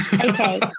Okay